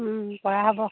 ও পৰা হ'ব